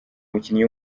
umukinnyi